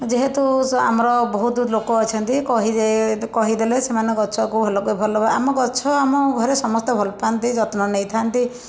ଯେହେତୁ ସ ଆମର ବହୁତ ଲୋକ ଅଛନ୍ତି କହି ଦେ କହିଦେଲେ ସେମାନେ ଗଛକୁ ଭଲ କ ଭଲ ଆମ ଗଛ ଆମ ଘରେ ସମସ୍ତେ ଭଲ ପାଆନ୍ତି ଯତ୍ନ ନେଇଥାନ୍ତି